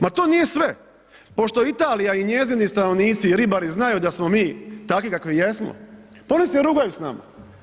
Ma to nije sve, pošto Italija i njezini stanovnici i ribari znaju da smo mi takvi kakvi jesmo, pa oni se rugaju s nama.